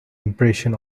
impression